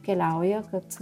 keliauja kad